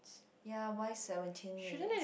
ya why seventeen minutes